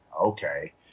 Okay